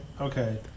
Okay